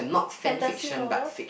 fantasy novels